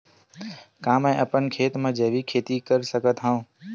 का मैं अपन खेत म जैविक खेती कर सकत हंव?